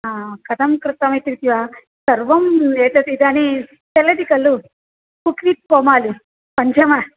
हा कथं कृतम् इति वा सर्वम् एतत् इदानीं चलति खलु कुक्किस् फ़ोमालु पञ्च